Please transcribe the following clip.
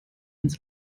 ins